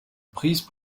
prises